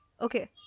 Okay